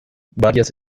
varias